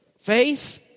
faith